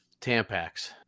Tampax